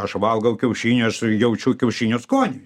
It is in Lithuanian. aš valgau kiaušinį aš jaučiu kiaušinio skonį